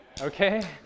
Okay